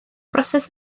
broses